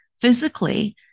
physically